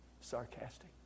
sarcastic